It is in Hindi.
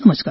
नमस्कार